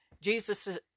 Jesus